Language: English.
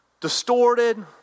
distorted